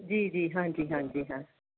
ਜੀ ਜੀ ਹਾਂਜੀ ਹਾਂਜੀ ਹਾਂ